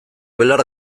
belar